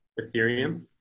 Ethereum